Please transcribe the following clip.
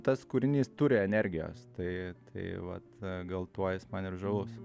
tas kūrinys turi energijos tai tai vat gal tuo jis man ir žavus